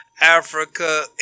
Africa